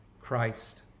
Christ